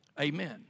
Amen